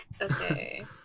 Okay